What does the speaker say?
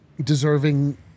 deserving